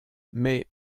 mais